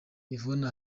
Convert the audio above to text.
yvonne